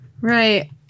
Right